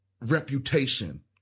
reputation